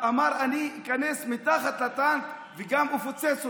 אמר: אני איכנס מתחת לטנק וגם אפוצץ אותו.